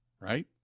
right